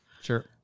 Sure